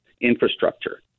infrastructure